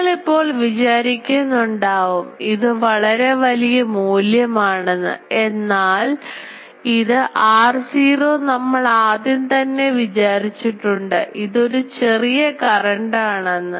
നിങ്ങളിപ്പോൾ വിചാരിക്കുന്നുണ്ടാവും ഇത് വളരെ വലിയ മൂല്യം ആണെന്ന് എന്നാൽ എന്നാൽ ഇത് r0 നമ്മൾ ആദ്യം തന്നെ വിചാരിച്ചിട്ടുണ്ട് ഇതൊരു ചെറിയ കറൻറ് ആണെന്ന്